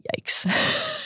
Yikes